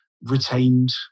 retained